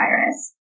virus